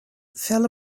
fell